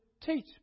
teach